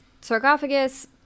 sarcophagus